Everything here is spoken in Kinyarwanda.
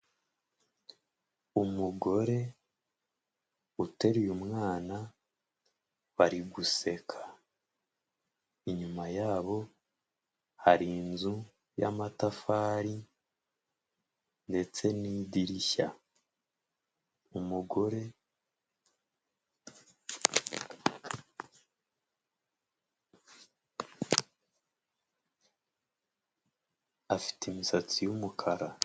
Umugore, uteruye umwana, bari guseka, inyuma yabo hari inzu y'amatafari ndetse n'idirishya, umugore afite imisatsi y'umukara.